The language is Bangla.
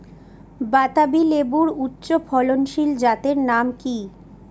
বাতাবি লেবুর উচ্চ ফলনশীল জাতের নাম কি?